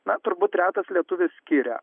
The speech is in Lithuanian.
na turbūt retas lietuvis skiria